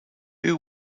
who